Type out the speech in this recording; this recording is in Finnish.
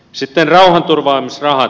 sitten rauhanturvaamisrahat